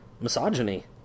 misogyny